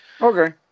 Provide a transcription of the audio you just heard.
Okay